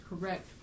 correct